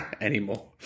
anymore